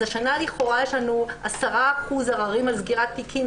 אז השנה לכאורה יש לנו 10% ערערים על סגירת תיקים,